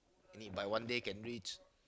by one day can reach